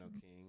King